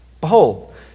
behold